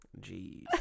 Jeez